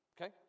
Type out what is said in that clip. Okay